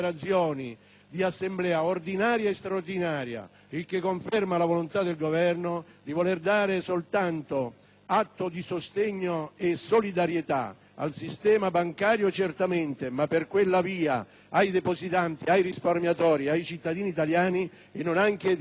di assemblea ordinaria e straordinaria, il che conferma la volontà del Governo di voler dare soltanto atto di sostegno e solidarietà, al sistema bancario certamente, ma per quella via ai depositanti, ai risparmiatori, ai cittadini italiani e non anche di voler